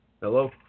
Hello